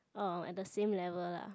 oh at the same level lah